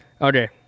Okay